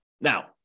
Now